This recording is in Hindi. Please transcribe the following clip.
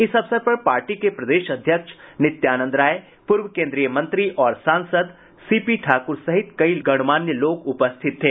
इस अवसर पर पार्टी के प्रदेश अध्यक्ष नित्यानंद राय पूर्व केन्द्रीय मंत्री और सांसद सी पी ठाकुर सहित कई गणमान्य लोग उपस्थित थे